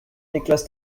niklas